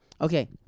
Okay